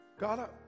God